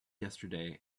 yesterday